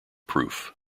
proof